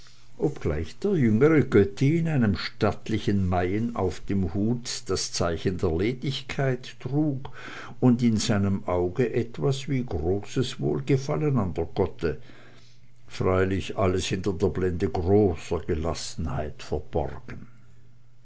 der jüngere götti in einem stattlichen maien auf dem hute das zeichen der ledigkeit trug und in seinem auge etwas wie großes wohlgefallen an der gotte freilich alles hinter der blende großer gelassenheit verborgen